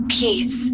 peace